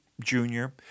Junior